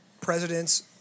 Presidents